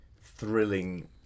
thrilling